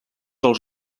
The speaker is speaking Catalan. els